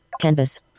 canvas